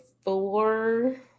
four